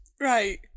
Right